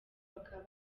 bakaba